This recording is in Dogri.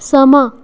समां